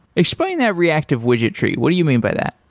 explain that reactive widget tree. what do you mean by that?